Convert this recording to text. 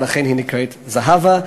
ולכן היא נקראת זהבה,